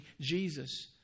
Jesus